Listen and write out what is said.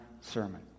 sermon